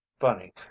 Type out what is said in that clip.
Funny